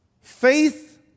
Faith